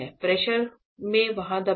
pressure में वहाँ दबाएँ